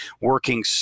working